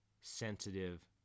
sensitive